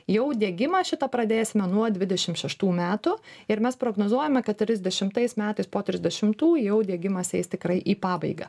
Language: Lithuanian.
jau diegimą šitą pradėsime nuo dvidešim šeštų metų ir mes prognozuojame kad trisdešimtais metais po trisdešimtų jau diegimas eis tikrai į pabaigą